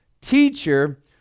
Teacher